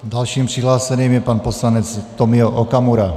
Dalším přihlášeným je pan poslanec Tomio Okamura.